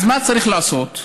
אז מה צריך לעשות?